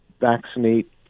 vaccinate